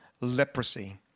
leprosy